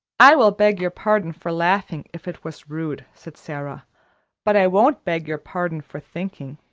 i will beg your pardon for laughing, if it was rude, said sara but i won't beg your pardon for thinking.